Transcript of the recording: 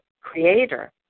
creator